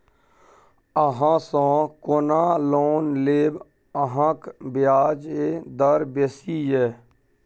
अहाँसँ कोना लोन लेब अहाँक ब्याजे दर बेसी यै